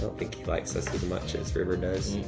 think he likes us as much as river does.